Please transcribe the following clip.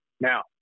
Now